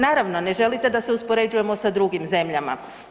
Naravno ne želite da se uspoređujemo sa drugim zemljama.